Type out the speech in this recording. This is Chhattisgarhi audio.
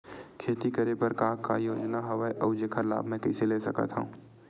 खेती करे बर का का योजना हवय अउ जेखर लाभ मैं कइसे ले सकत हव?